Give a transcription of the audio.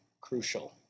Crucial